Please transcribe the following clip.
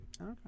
Okay